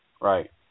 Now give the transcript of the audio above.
Right